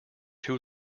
too